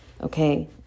okay